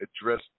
address